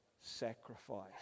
sacrifice